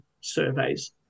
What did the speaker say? surveys